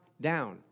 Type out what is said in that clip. down